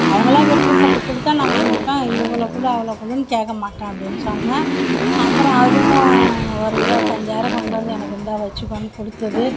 அவங்களா விருப்பப்பட்டு கொடுத்தா நான் வாங்கிப்பேன் இவ்வளோ கொடு அவ்வளோ கொடுன்னு கேக்கமாட்டேன் அப்படின்னு சொன்னேன் அப்பறம் அதுவும் ஒரு இருபத்தஞ்சாயிரம் கொண்டு வந்து எனக்கு இந்தா வச்சுக்கோன்னு கொடுத்துது